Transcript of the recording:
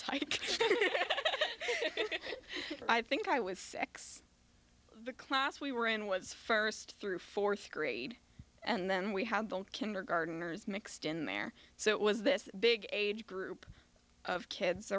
tyke i think i was six the class we were in was first through fourth grade and then we had the kindergarteners mixed in there so it was this big age group of kids